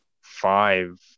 five